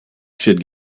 should